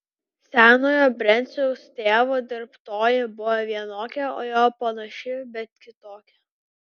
senojo brenciaus tėvo dirbtoji buvo vienokia o jo panaši bet kitokia